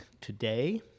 today